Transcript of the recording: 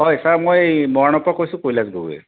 হয় ছাৰ মই এই মৰাণৰ পৰা কৈছোঁ কৈলাশ গগৈয়ে